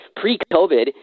pre-COVID